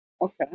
okay